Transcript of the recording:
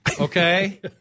okay